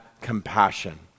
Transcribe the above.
compassion